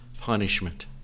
punishment